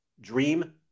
dream